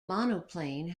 monoplane